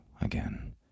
again